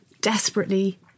desperately